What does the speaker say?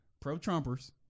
pro-Trumpers